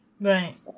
Right